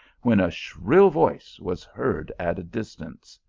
when a shrill voice was heard at a distance.